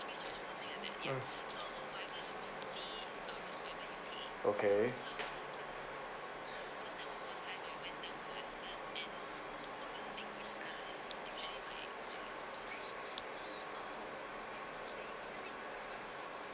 mm okay